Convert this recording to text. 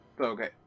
Okay